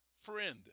friend